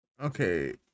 Okay